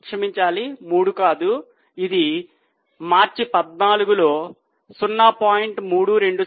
క్షమించాలి మూడు కాదు ఇది మార్చి 14 లో 0